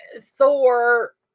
Thor